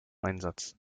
einsatz